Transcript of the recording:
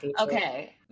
Okay